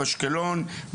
אשקלון,